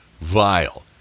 vile